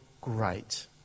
great